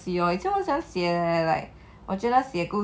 jewellery 做 uh